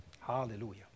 Hallelujah